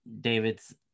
David's